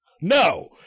No